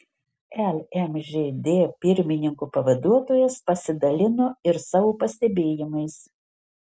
lmžd pirmininko pavaduotojas pasidalino ir savo pastebėjimais